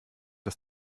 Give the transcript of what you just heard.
des